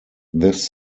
this